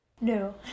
No